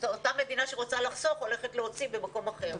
אותה מדינה שרוצה לחסוך הולכת להוציא במקום אחר.